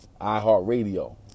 iHeartRadio